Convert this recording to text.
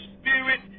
spirit